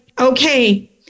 okay